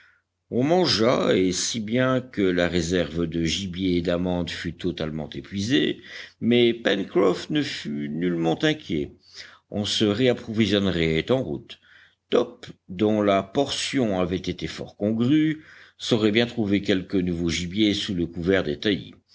on mangea et si bien que la réserve de gibier et d'amandes fut totalement épuisée mais pencroff ne fut nullement inquiet on se réapprovisionnerait en route top dont la portion avait été fort congrue saurait bien trouver quelque nouveau gibier sous le couvert